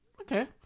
okay